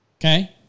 Okay